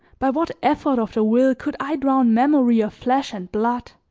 by what effort of the will could i drown memory of flesh and blood?